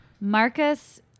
Marcus